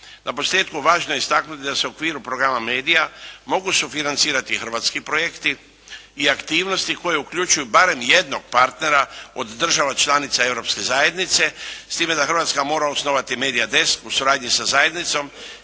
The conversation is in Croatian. Naposljetku važno je istaknuti da se u okviru Programa Media mogu sufinancirati hrvatski projekti i aktivnosti koje uključuju barem jednog partnera od država članica Europske zajednice, s time da Hrvatska mora osnovati media desk u suradnji sa zajednicom